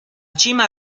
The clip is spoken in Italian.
cima